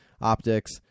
Optics